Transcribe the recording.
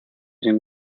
sin